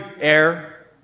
air